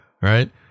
right